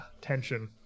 tension